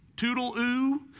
Toodle-oo